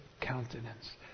countenance